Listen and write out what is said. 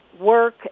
work